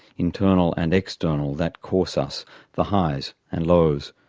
internal and external that course us the highs and lows.